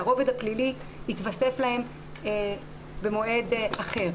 והרובד הפלילי התווסף להן במועד אחר.